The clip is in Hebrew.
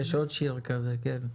נכון.